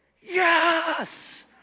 yes